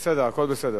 זה בסדר, הכול בסדר.